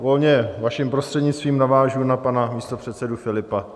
Volně vaším prostřednictvím navážu na pana místopředsedu Filipa.